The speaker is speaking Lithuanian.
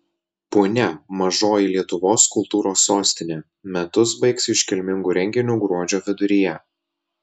punia mažoji lietuvos kultūros sostinė metus baigs iškilmingu renginiu gruodžio viduryje